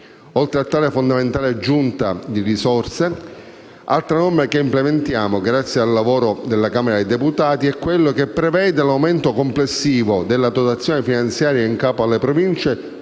Oltre a tale fondamentale aggiunta di risorse, un'altra norma che implementiamo, grazie anche al lavoro della Camera dei deputati, prevede l'aumento complessivo della dotazione finanziaria in capo alle Province